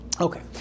okay